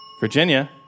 Virginia